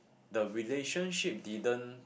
the relationship didn't